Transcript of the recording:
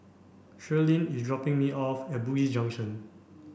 Shirleen is dropping me off at Bugis Junction